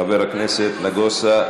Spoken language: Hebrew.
חבר הכנסת נגוסה,